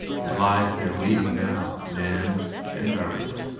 it lies there waiting now, manned and armed.